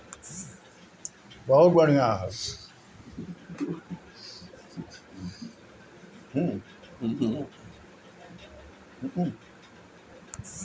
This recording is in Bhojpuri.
निष्पक्ष व्यापार एगो प्रस्तावित व्यापार हवे